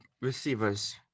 receivers